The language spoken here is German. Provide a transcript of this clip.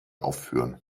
aufführen